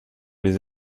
les